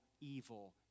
evil